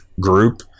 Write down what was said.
group